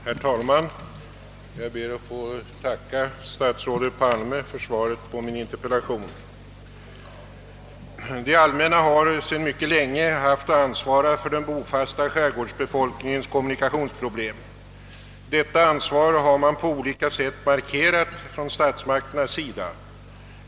Herr talman! Jag ber att få tacka statsrådet Palme för svaret på min interpellation. Det allmänna har sedan mycket länge haft att ansvara för den bofasta skärgårdsbefolkningens -:kommunikations problem. Detta ansvar har man på olika sätt markerat från statsmakternas sida.